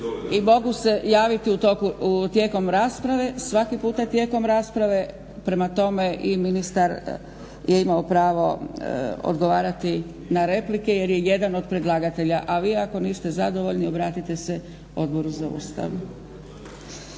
I mogu se javiti tijekom rasprave, svaki puta tijekom rasprave, prema tome i ministar je imao pravo odgovarati na replike jer je jedan od predlagatelja, a vi ako niste zadovoljni obratite se Odboru za Ustav.